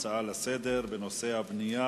הצעות לסדר-היום מס' 1010,